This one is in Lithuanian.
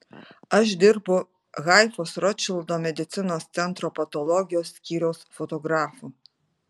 aš dirbu haifos rotšildo medicinos centro patologijos skyriaus fotografu